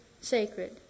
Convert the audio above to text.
sacred